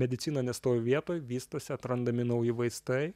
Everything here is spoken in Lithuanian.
medicina nestovi vietoj vystosi atrandami nauji vaistai